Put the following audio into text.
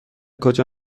کجا